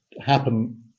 happen